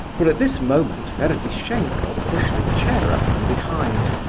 for at this moment ferdishenko pushed a chair up from behind,